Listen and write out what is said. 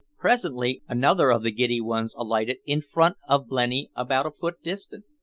presently another of the giddy ones alighted in front of blenny about a foot distant.